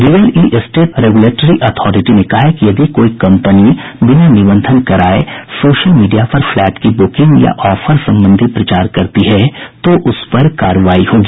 real estate regulatory authority ने कहा है कि यदि कोई कम्पनी बिना निबंधन कराये सोशल मीडिया पर फ्लैट की ब्रुकिंग या ऑफर संबंधी प्रचार करती है तो उस पर कार्रवाई होगी